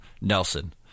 Nelson